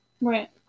Right